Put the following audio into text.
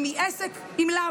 אם היא עסק אם לאו.